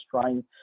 trying